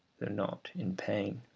though not in pain.